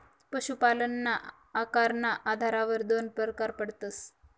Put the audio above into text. पशुपालनना आकारना आधारवर दोन परकार पडतस